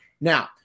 Now